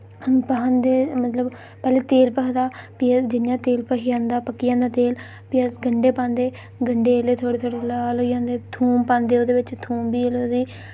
हम भखांदे मतलब पैह्लें तेल भखदा फ्ही जि'यां तेल भखी जंदा पक्की जंदा तेल फ्ही अस गंढे पांदे गंढे जिल्लै थोह्ड़े थोह्ड़े लाल होई जन्दे थोम पांदे ओह्दे बिच थोम बी जिल्लै ओह्दी